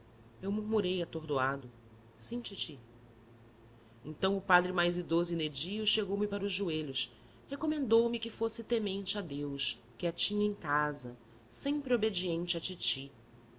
eu murmurei atordoado sim titi então o padre mais idoso e nédio chegou-me para os joelhos recomendou me que fosse temente a deus quietinho em casa sempre obediente à titi